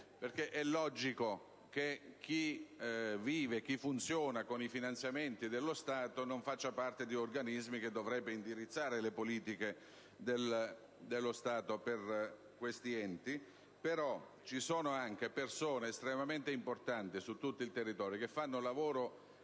perché è logico che chi rappresenta enti che ricevono finanziamenti dallo Stato non faccia parte di organismi che dovrebbero indirizzare le politiche dello Stato per questi enti; tuttavia ci sono anche persone estremamente importanti su tutto il territorio, che fanno un lavoro